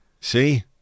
See